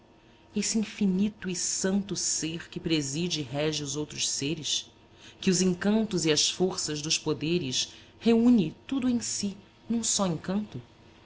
esse infinito e santo ser que preside e rege os outros seres que os encantos e a força dos poderes reúne tudo em si num só encanto